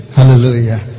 Hallelujah